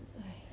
!hais!